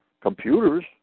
computers